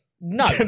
No